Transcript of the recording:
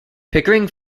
pickering